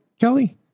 Kelly